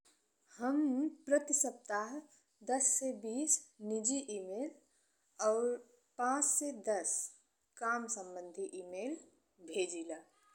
हम प्रति सप्ताह दस से बीस निजी ईमेल और पाँच से दस काम संबंधी ईमेल भेजिला।